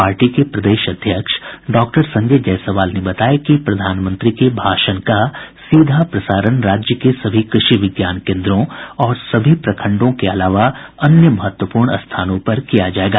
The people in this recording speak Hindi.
पार्टी के प्रदेश अध्यक्ष डॉक्टर संजय जयसवाल ने बताया कि प्रधानमंत्री के भाषण का सीधा प्रसारण राज्य के सभी कृषि विज्ञान केन्द्रों और सभी प्रखंडों के अलावा अन्य महत्वपूर्ण स्थानों पर किया जायेगा